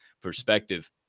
perspective